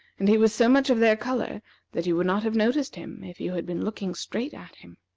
and he was so much of their color that you would not have noticed him if you had been looking straight at him.